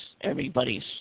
everybody's